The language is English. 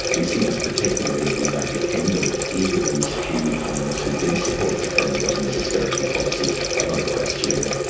we see this particularly in the united kingdom. even those few economists who did support the current government's austerity policy are now questioning it.